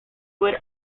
would